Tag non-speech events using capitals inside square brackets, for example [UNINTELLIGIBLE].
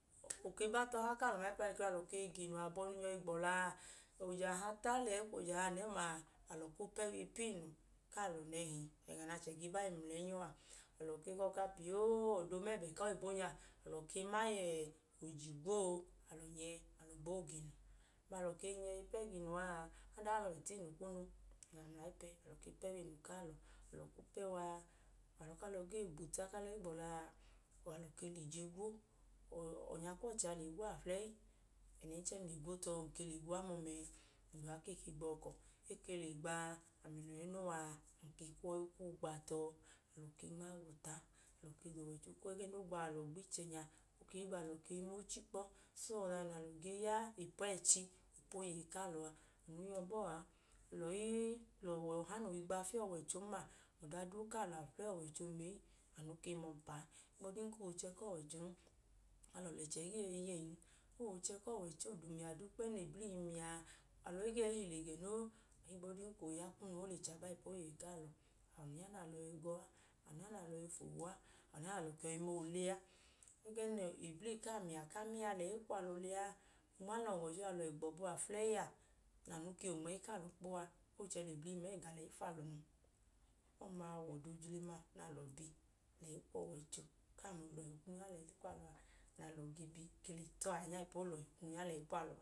O keba tọha ku alọ nẹ ayipẹ a ge ga inu na alọ gee ga inu nyọ ge gbọla a, oje ahata lẹyi kwu oje ahanẹ ọma, alọ kwu pẹ wa ipunu ku alọ nẹhi ọma, inu nẹ achẹ ge ba i mlẹnyọ a. Alọ ke hajẹ piyoo, ọda omẹbẹ ku aoyibo nya, alọ ke ma yẹẹ, oje igwo o, alọ nyẹ alọ gboo ga inu. Abọ alọ nyẹ i pẹ ga inu a, ada ọlẹ alọ le tai nu kunu, alọ ma ayipẹ, alọ ke i pẹ ga inu kalọ. Alọ kwu pẹ wa a, gbọbu ẹẹ ku alọ gee gbọla a, alọ ke lẹ ije gwo. Ọnyakwọchẹ a le gwo aflẹyi, ẹnẹnchẹ nu le gwo tọ, ng ke le gwo amoomẹ ẹẹ, ng da uwa kee gbọkọ. E ke le gba a, ami noo wẹ ẹnẹ uwa a, ng ke kwu ọọ i kwu gba tọ, alọ ken yọ i gwuta. Alọ ke da ọwọicho ka ẹgẹẹ noo gbo alọ ma ichẹ nya, oke i gbo alọ ma oochi kpọ. So, ọda na alọ i ya ipu ẹchi ipu oyeyi ku alọ a, anu yọ bọọ a. Alọ i lẹ ọwọ duu fiyẹ ọwọicho noo i gban ma, ọda duu ku alọ, ọwọicho ma ee, alọ ke ma ọmpa, ohigbu ọdinka o wẹ oochẹ ku ọwọichon, alẹchẹ i gee yọi yeyin. O wẹ oochẹ ku ọwọichon, oomiya duu kpẹẹm nẹ eblii ge miya a, alọ i ge yẹ i hile gẹ noo, ohigbu ọdinka ooya kunu o le chaba ipu oyeyi ku alọ. Anu ya nẹ alọ yọi gba ọ a, anu ya na alọ yọ fu owo a, anu ya nẹ alọ yọi ma odre i le a. Ẹgẹẹ nẹ eblii kaa miya ku amiya lẹyi kwu alọ lẹ a, onma nẹ ọwọicho nẹ alọ le gbọbu aflẹyi a, anu kaa wẹ onmẹyi ku alọ kpọ a, o chẹ lẹ eblii ma ẹga lẹyi kwu alọn. Ọma wẹ ọda ojilima nẹ alọ bi lẹyi kwu ọwọicho [UNINTELLIGIBLE] nẹ alọ ge bi le.